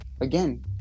Again